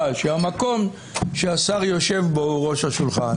שהמקום שהשר יושב בו הוא ראש השולחן.